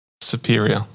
superior